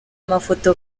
mafoto